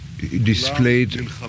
displayed